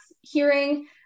hearing